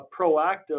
proactive